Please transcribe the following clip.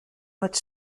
met